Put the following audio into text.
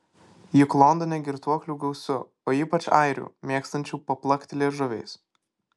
juk londone girtuoklių gausu o ypač airių mėgstančių paplakti liežuviais